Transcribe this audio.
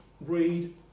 read